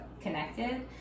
connected